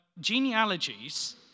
Genealogies